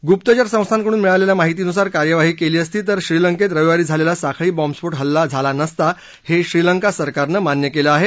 गुप्तचर संस्थांकडून मिळालेल्या माहितीनुसार कार्यवाही केली असती तर श्रीलंकेत रविवारी झालेला साखळी बॉम्बस्फोट हल्ला झाला नसता हे श्रीलंका सरकारनं मान्य केलं आहे